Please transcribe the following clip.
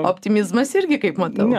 optimizmas irgi kaip matau